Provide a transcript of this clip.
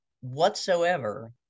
whatsoever